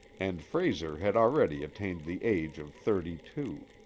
and frayser had already attained the age of thirty-two.